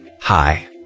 hi